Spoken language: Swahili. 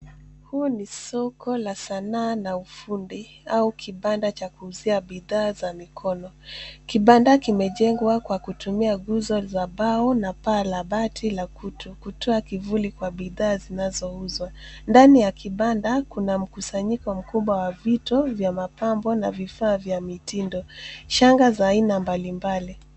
Huu ni soko la Sanaa na ufundi ama kibanda cha kuuzia bidhaa za mikono mikono kibanda kimejengwa kwa kutumia nguzo za mbao na paa la bati la kutu kutoa kivuli kwa bidhaa zinazouzwa ndani ya kibanda kuna mkusanyiko mkubwa wa vitu vya mapambo na vifaa vya mitindo shanga za aina mbali mbali.